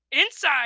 Inside